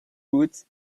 woot